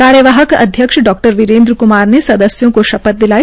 कार्यवाहन अध्यक्ष डा विरेन्द्र क्मार ने सदस्यों को शपथ दिलाई